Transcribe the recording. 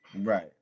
Right